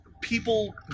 people